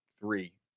three